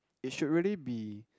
it should really be